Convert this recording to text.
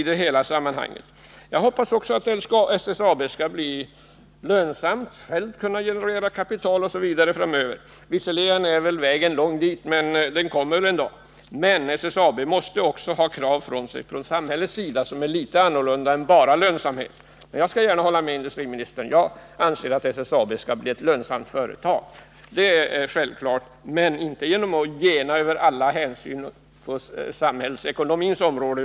Jag hoppas också att SSAB skall bli lönsamt framöver, att företaget självt skall kunna generera kapital osv. Visserligen är nog vägen dit lång, men den dagen kommer väl då målet kan uppnås. Samhället måste emellertid ställa krav på SSAB som inte bara gäller lönsamheten. Man får inte ta några genvägar förbi alla hänsyn på samhällsekonomins område.